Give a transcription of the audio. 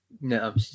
No